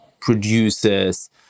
produces